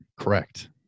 correct